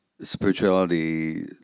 spirituality